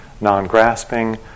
non-grasping